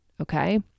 okay